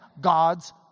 God's